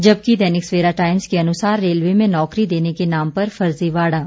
जबकि दैनिक सवेरा टाइम्स के अनुसार रेलवे में नौकरी देने के नाम पर फर्जीवाड़ा